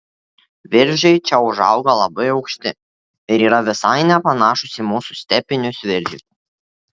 viržiai čia užauga labai aukšti ir yra visai nepanašūs į mūsų stepinius viržius